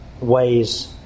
ways